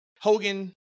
Hogan